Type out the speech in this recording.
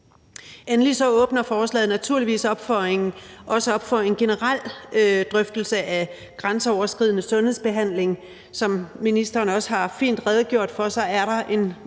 Endelig åbner forslaget naturligvis også op for en generel drøftelse af grænseoverskridende sundhedsbehandling. Som ministeren også fint har redegjort for,